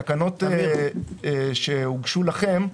התקנות שהוגשו לכם,